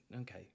okay